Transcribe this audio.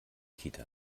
kita